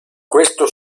questo